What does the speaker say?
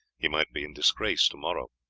he might be in disgrace to-morrow.